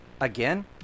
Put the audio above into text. again